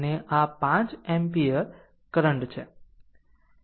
અને આ 5 ampere current છે